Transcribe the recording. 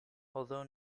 although